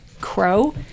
Crow